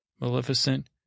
Maleficent